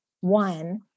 one